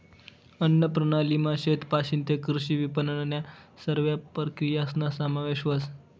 अन्नप्रणालीमा शेतपाशीन तै कृषी विपनननन्या सरव्या प्रक्रियासना समावेश व्हस